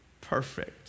perfect